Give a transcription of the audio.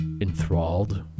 enthralled